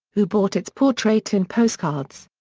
who bought its portrait in postcards.